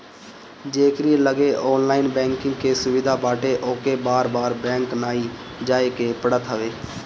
जेकरी लगे online banking के सुविधा बाटे ओके बार बार बैंक नाइ जाए के पड़त हवे